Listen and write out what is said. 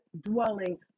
dwelling